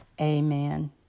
Amen